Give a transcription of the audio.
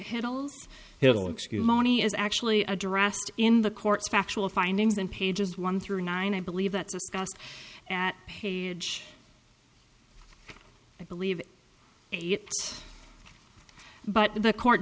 is actually addressed in the courts factual findings and pages one through nine i believe that discussed at page i believe it but the court